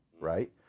right